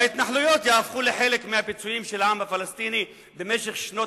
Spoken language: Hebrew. וההתנחלויות יהפכו לחלק מהפיצויים לעם הפלסטיני על שנות